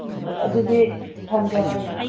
ꯑꯣ ꯑꯗꯨꯗꯤ ꯊꯝꯖꯔꯒꯦ